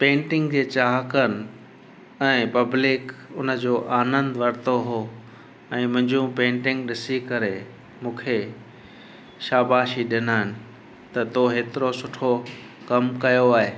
painting जे चाहे कनि ऐं पब्लिक उन जो आनंदु वरितो हो ऐं मुंहिंजूं पेंटिंग ॾिसी करे मूंखे शाबाशी ॾिननि त थो हेतिरो सुठो कमु कयो आहे